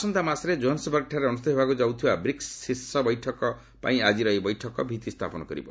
ଆସନ୍ତା ମାସରେ ଜୋହାନ୍ସବର୍ଗଠାରେ ଅନୁଷ୍ଠିତ ହେବାକୁ ଯାଉଥିବା ବ୍ରିକ୍ୱ ବାର୍ଷିକ ଶୀର୍ଷ ବୈଠକ ପାଇଁ ଆଜିର ଏହି ବୈଠକ ଭିତ୍ତିସ୍ଥାପନ କରିବ